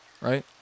right